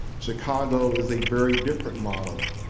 chicago is a very different model.